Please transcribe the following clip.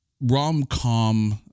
rom-com